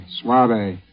suave